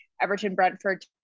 Everton-Brentford